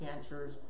cancers